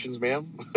ma'am